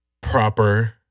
proper